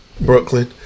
Brooklyn